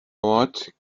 ort